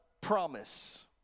promise